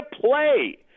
play